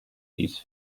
these